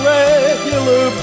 regular